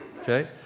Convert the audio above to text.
Okay